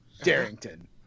Darrington